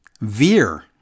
Veer